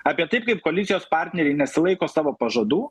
apie tai kaip koalicijos partneriai nesilaiko savo pažadų